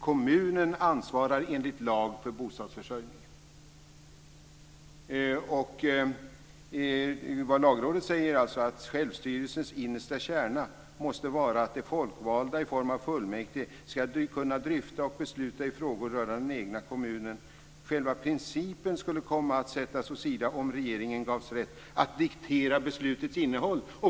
Kommunen ansvarar enligt lag för bostadsförsörjningen, och vad Lagrådet skriver är att självstyrelsens innersta kärna måste vara att de folkvalda i form av fullmäktige ska kunna dryfta och besluta i frågor rörande den egna kommunen. Själva principen skulle komma att sättas åt sidan, om regeringen gavs rätt att diktera beslutets innehåll.